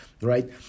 Right